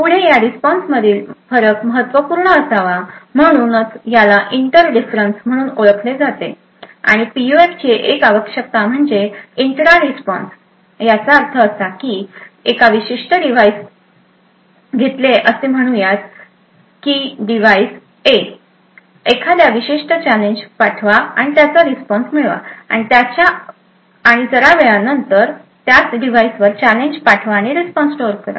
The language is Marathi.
पुढे या रिस्पॉन्स मधील फरक महत्त्वपूर्ण असावा म्हणूनच याला इंटर डिफरन्स म्हणून ओळखले जातेआणि पीयूएफची आणखी एक आवश्यकता म्हणजे इंट्रा रिस्पॉन्स याचा अर्थ असा एक विशिष्ट डिव्हाइस घेतले असे म्हणूयात कि डिवाइस ए एखाद्या विशिष्ट चॅलेंज पाठवा आणि त्याचा रिस्पॉन्स मिळवा आणि त्याचा आणि जरा वेळानंतर त्याच डिव्हाइसवर चॅलेंज पाठवा आणि रिस्पॉन्स स्टोअर करा